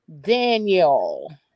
Daniel